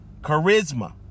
Charisma